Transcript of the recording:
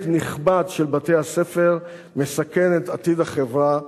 נכבד של בתי-הספר מסכן את עתיד החברה והמדינה.